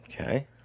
Okay